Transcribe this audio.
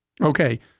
Okay